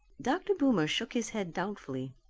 dr. boomer shook his head doubtfully.